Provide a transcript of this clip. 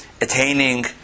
Attaining